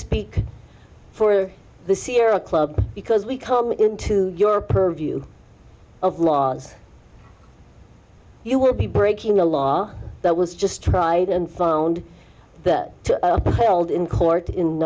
speak for the sierra club because we come into your purview of laws you will be breaking a law that was just tried and found to hold in court in